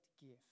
gift